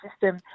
system